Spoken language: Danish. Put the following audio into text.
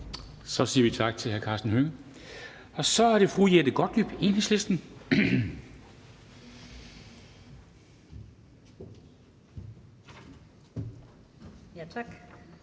Så siger vi tak til hr. Karsten Hønge, og så er det fru Jette Gottlieb, Enhedslisten. Kl.